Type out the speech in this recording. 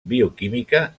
bioquímica